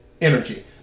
Energy